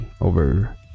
over